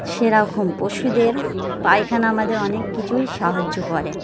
সেরকম পশুদের পায়খানা আমাদের অনেক কিছুই সাহায্য করে